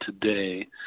today